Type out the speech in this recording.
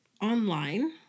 online